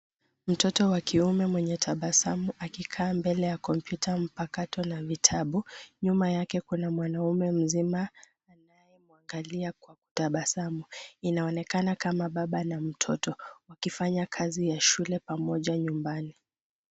Mtoto wa kiume mwenye tabasamu akikaa mbele ya kompyuta mpakato na vitabu. Nyuma yake kuna mwanamume mzima anayemwangalia kwa tabasamu. Inaonekana kama baba na mtoto wakifanya kazi ya shule pamoja nyumbani.